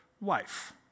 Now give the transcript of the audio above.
wife